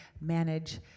manage